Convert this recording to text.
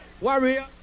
Warrior